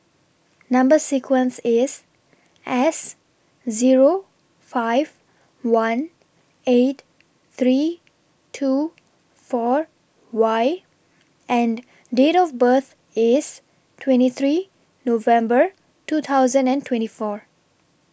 Number sequence IS S Zero five one eight three two four Y and Date of birth IS twenty three November two thousand and twenty four